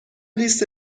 لیست